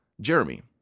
Jeremy